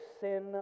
sin